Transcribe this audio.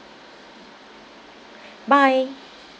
bye